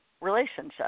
relationship